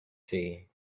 see